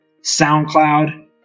SoundCloud